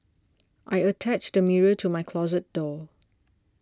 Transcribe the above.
I attached the mirror to my closet door